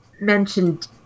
mentioned